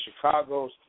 Chicago's